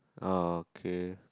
okay